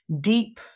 deep